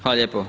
Hvala lijepo.